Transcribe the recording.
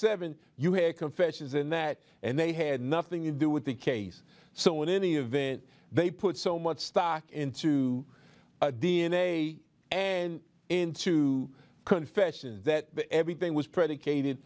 seven you had confessions in that and they had nothing to do with the case so in any event they put so much stock into d n a and into confessions that everything was predicated